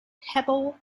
pebble